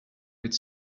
could